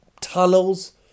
tunnels